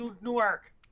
Newark